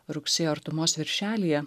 rugsėjo artumos viršelyje